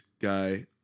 guy